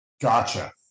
Gotcha